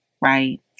right